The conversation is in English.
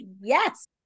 yes